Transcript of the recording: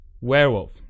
Werewolf